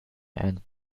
and